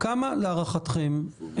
כמה להערכתכם,